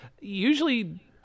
usually